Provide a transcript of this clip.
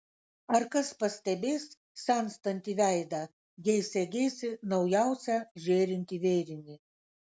ar kas pastebės senstantį veidą jei segėsi naujausią žėrintį vėrinį